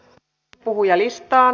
sitten puhujalistaan